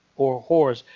or horus.